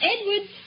Edward